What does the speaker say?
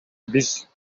биз